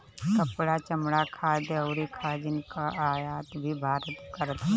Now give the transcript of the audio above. कपड़ा, चमड़ा, खाद्यान अउरी खनिज कअ आयात भी भारत करत बाटे